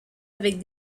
avec